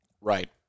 Right